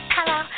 Hello